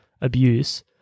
abuse